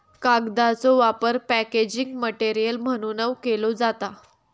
कागदाचो वापर packaging material म्हणूनव केलो जाता